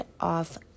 off